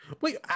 Wait